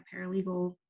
paralegal